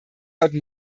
heute